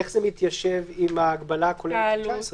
איך זה מתיישב עם ההגבלה הכוללת של סעיף 19?